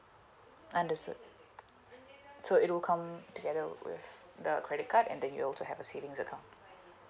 understood so it will come together with the credit card and then you also have a savings account